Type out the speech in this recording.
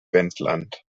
wendland